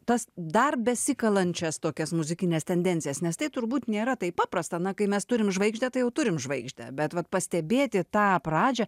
tas dar besikalančias tokias muzikines tendencijas nes tai turbūt nėra taip paprasta na kai mes turime žvaigždę tai jau turime žvaigždę bet vat pastebėti tą pradžią